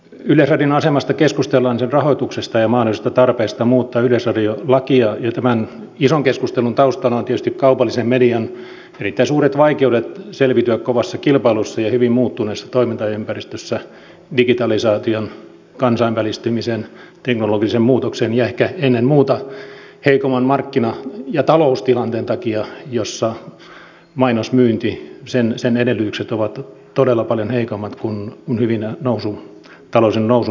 yleisradion asemasta keskustellaan sen rahoituksesta ja mahdollisista tarpeista muuttaa yleisradiolakia ja tämän ison keskustelun taustana ovat tietysti kaupallisen median erittäin suuret vaikeudet selviytyä kovassa kilpailussa ja hyvin muuttuneessa toimintaympäristössä digitalisaation kansainvälistymisen teknologisen muutoksen ja ehkä ennen muuta heikomman markkina ja taloustilanteen takia jossa mainosmyynnin edellytykset ovat todella paljon heikommat kuin hyvinä taloudellisen nousun kausina